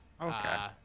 Okay